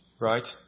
right